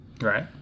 Right